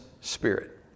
spirit